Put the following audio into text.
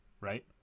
right